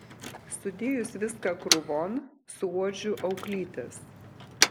sudėjus viską krūvon suuodžiu auklytes